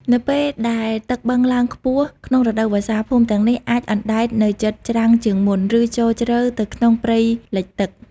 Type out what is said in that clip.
នៅពេលដែលទឹកបឹងឡើងខ្ពស់ក្នុងរដូវវស្សា ភូមិទាំងនេះអាចអណ្ដែតទៅជិតច្រាំងជាងមុន ឬចូលជ្រៅទៅក្នុងព្រៃលិចទឹក។